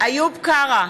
איוב קרא,